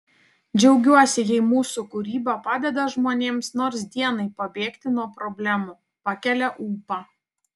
džiaugiuosi jei mūsų kūryba padeda žmonėms nors dienai pabėgti nuo problemų pakelia ūpą